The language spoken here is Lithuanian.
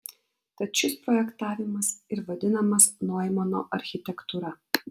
tad šis projektavimas ir vadinamas noimano architektūra